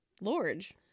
large